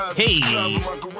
hey